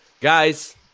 Guys